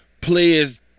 players